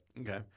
Okay